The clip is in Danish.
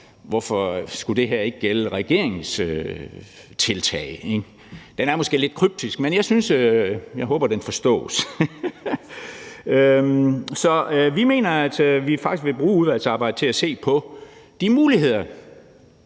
Hvorfor skulle det her ikke gælde regeringens tiltag? Det er måske lidt kryptisk, men jeg håber, det forstås. Så vi mener altså, at vi faktisk vil bruge udvalgsarbejdet til at se på de muligheder,